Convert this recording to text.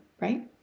Right